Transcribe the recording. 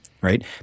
right